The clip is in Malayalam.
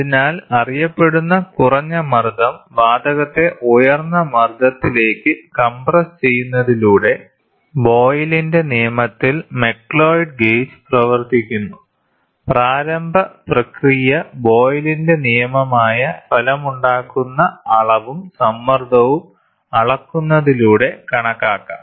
അതിനാൽ അറിയപ്പെടുന്ന കുറഞ്ഞ മർദ്ദം വാതകത്തെ ഉയർന്ന മർദ്ദത്തിലേക്ക് കംപ്രസ്സുചെയ്യുന്നതിലൂടെ ബോയ്ലിന്റെ നിയമത്തിൽ മക്ലിയോഡ് ഗേജ് പ്രവർത്തിക്കുന്നു പ്രാരംഭ പ്രക്രിയ ബോയിലിന്റെ നിയമമായ Boyles law ഫലമായുണ്ടാകുന്ന അളവും സമ്മർദ്ദവും അളക്കുന്നതിലൂടെ കണക്കാക്കാം